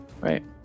Right